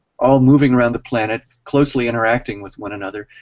all moving around the planet closely interacting with one another,